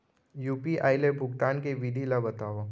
UPI ले भुगतान के विधि ला बतावव